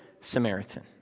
Samaritan